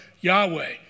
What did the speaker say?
Yahweh